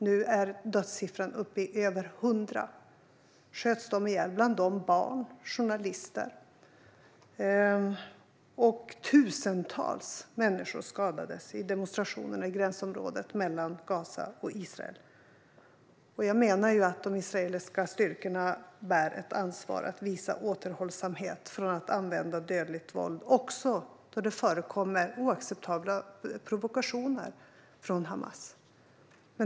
Nu är dödssiffran uppe i över hundra, och bland dem finns barn och journalister. Tusentals människor skadades i demonstrationerna i gränsområdet mellan Gaza och Israel. Jag menar att de israeliska styrkorna bär ett ansvar att visa återhållsamhet med att använda dödligt våld också då det förekommer oacceptabla provokationer från Hamas.